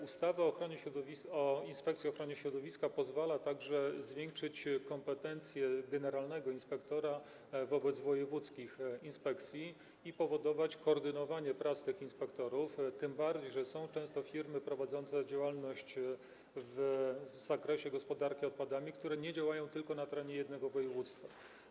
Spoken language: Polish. Ustawa o Inspekcji Ochrony Środowiska pozwala także zwiększyć kompetencje generalnego inspektora wobec wojewódzkich inspekcji i powodować koordynowanie prac tych inspektorów, tym bardziej że są często firmy prowadzące działalność w zakresie gospodarki odpadami, które nie działają tylko na terenie jednego województwa.